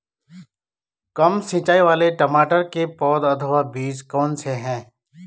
कम सिंचाई वाले टमाटर की पौध अथवा बीज कौन से हैं?